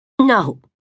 no